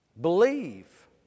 Believe